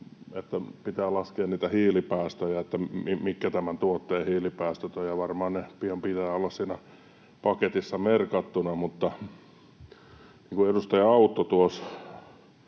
nyt pitää laskea niitä hiilipäästöjä, että mitkä tämän tuotteen hiilipäästöt ovat, ja varmaan niiden pitää pian olla siinä paketissa merkattuina. Mutta niin kuin edustaja Autto tuossa